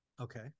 Okay